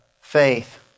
faith